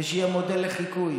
שיהיה מודל לחיקוי.